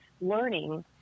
learning